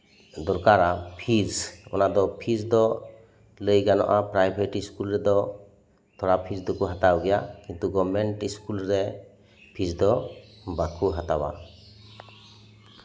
ᱫᱚᱨᱠᱟᱨᱟ ᱯᱷᱤᱥ ᱚᱱᱟ ᱫᱚ ᱯᱷᱤᱥ ᱫᱚ ᱞᱟᱹᱭ ᱜᱟᱱᱚᱜᱼᱟ ᱯᱨᱟᱭᱵᱷᱮᱴ ᱤᱥᱠᱩᱞ ᱨᱮᱫᱚ ᱛᱷᱚᱲᱟ ᱯᱷᱤᱥ ᱫᱚᱠᱚ ᱦᱟᱛᱟᱣ ᱜᱮᱭᱟ ᱠᱤᱱᱛᱩ ᱜᱚᱵᱷᱢᱮᱱᱴ ᱤᱥᱠᱩᱞᱨᱮ ᱯᱷᱤᱡ ᱫᱚ ᱵᱟᱠᱚ ᱦᱟᱛᱟᱣᱟ